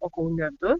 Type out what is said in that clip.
o kaune du